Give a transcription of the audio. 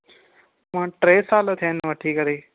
मां टे साल थिया आहिनि वठी करे